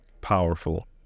powerful